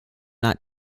not